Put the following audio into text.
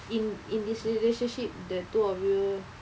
in in this relationship the two of you